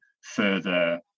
further